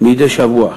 מדי שבוע.